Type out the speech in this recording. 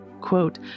quote